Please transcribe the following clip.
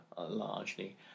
largely